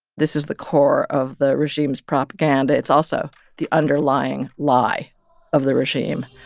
this is the core of the regime's propaganda. it's also the underlying lie of the regime,